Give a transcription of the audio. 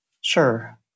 Sure